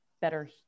better